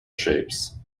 shapes